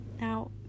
Now